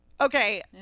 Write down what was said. Okay